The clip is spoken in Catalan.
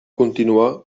continuar